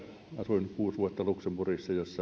asuin kuusi vuotta luxemburgissa jossa